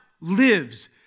lives